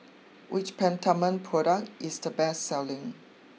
which Peptamen product is the best selling